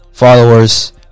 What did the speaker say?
Followers